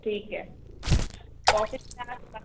ठीक है ऑफिस में आ के बात करो